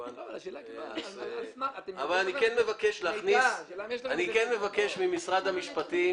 אני כן מבקש ממשרד המשפטים